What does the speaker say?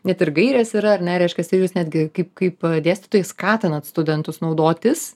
net ir gairės yra ar ne reiškias ir jūs netgi kaip kaip dėstytojai skatinat studentus naudotis